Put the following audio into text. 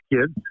kids